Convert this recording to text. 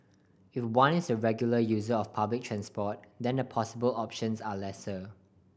if one is a regular user of public transport then the possible options are lesser